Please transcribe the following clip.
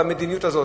והמדיניות הזאת,